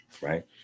right